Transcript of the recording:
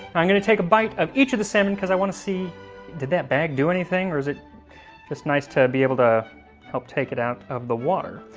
i'm going to take a bite of each of the salmon, because i want to see did that bag do anything, or is it just nice to be able to help take it out of the water.